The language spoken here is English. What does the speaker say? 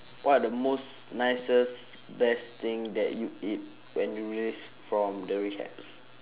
what the most nicest best thing that you eat when you release from the rehabs